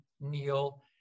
Neil